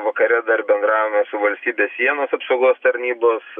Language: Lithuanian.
vakare dar bendravome su valstybės sienos apsaugos tarnybos